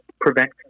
prevent